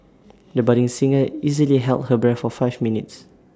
the budding singer easily held her breath for five minutes